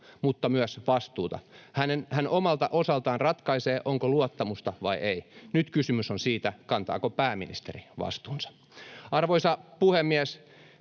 mutta myös vastuuta. Hän omalta osaltaan ratkaisee, onko luottamusta vai ei. Nyt kysymys on siitä, kantaako pääministeri vastuunsa. Arvoisa puhemies!